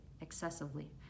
excessively